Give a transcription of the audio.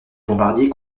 bombardier